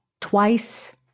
twice